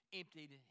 emptied